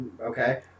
okay